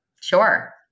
Sure